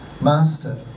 Master